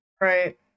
Right